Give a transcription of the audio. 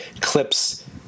Clips